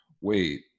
wait